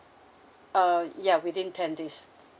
uh ya within ten days